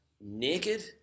naked